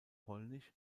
polnisch